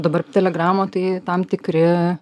dabar telegramo tai tam tikri